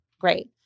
Great